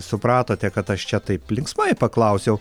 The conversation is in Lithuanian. supratote kad aš čia taip linksmai paklausiau